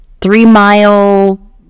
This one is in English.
three-mile